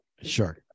sure